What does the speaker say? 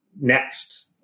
next